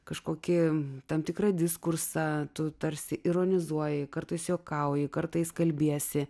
kažkokį tam tikrą diskursą tu tarsi ironizuoji kartais juokauju kartais kalbiesi